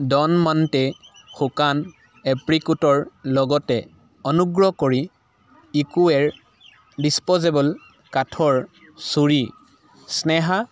Dell Monte শুকান এপ্ৰিকোটৰ লগতে অনুগ্ৰহ কৰি ইকুৱেৰ ডিচপ'জেবল কাঠৰ ছুৰী স্নেহা